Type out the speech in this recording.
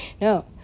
No